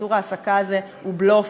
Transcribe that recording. איסור ההעסקה הזה הוא בלוף,